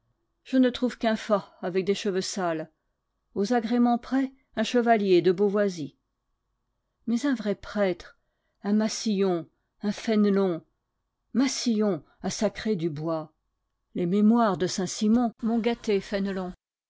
je ne trouve qu'un fat avec des cheveux sales aux agréments près un chevalier de beauvoisis mais un vrai prêtre un massillon un fénelon massillon a sacré dubois les mémoires de saint-simon m'ont gâté